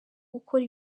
gukora